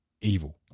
evil